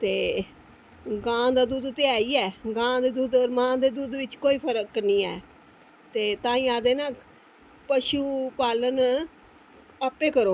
ते गां दा दुद्ध ते ऐ गै ऐ ई ऐ गां दे दुद्ध च ते मां दे दुद्ध च कोई फर्क निं ऐ ते तां ई आक्खदे न की पशु पालन आपें करो